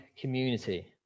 community